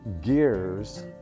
gears